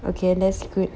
okay that's good